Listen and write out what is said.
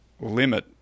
limit